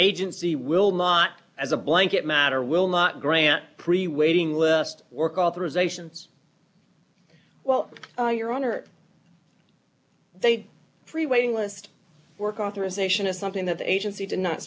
agency will not as a blanket matter will not grant pre waiting list work authorizations well your honor they free waiting list work authorization is something that the agency did not